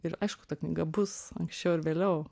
ir aišku ta knyga bus anksčiau ar vėliau